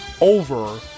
over